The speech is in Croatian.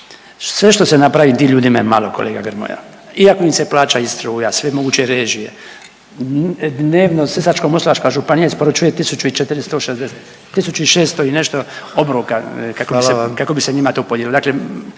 Sve što se napravi tim ljudima je malo kolega Grmoja, iako im se plaća i struja, sve moguće režije, dnevno Sisačko-moslavačka županija isporučuje 1.460, 1.600 i nešto obroka kako bi …/Upadica: